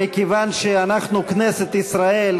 מכיוון שאנחנו כנסת ישראל,